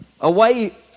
away